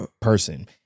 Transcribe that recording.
person